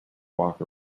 walk